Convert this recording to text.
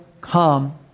come